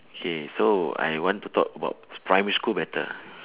K so I want to talk about primary school matter